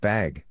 Bag